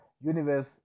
universe